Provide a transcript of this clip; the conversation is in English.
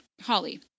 Holly